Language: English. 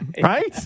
right